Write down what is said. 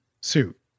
suit